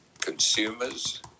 consumers